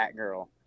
Batgirl